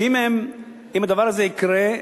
שאם הדבר הזה יקרה,